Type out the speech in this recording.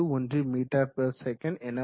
41 metre per second என வரும்